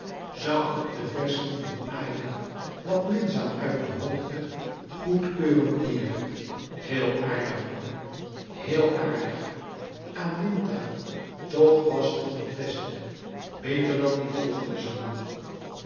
zag op de verzen van aylva wat minzaam uit de hoogte goedkeurend neêr heel aardig hoor heel aardig aminta toch was nog het beste beter dan die volgende zangen